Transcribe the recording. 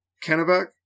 Kennebec